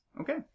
Okay